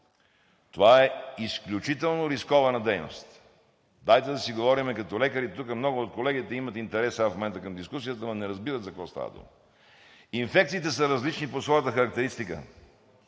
това е изключително рискована дейност. Дайте да си говорим като лекари. Тук много от колегите имат интерес сега в момента към дискусията, но не разбират за какво става въпрос. Инфекциите са различни по своята характеристика,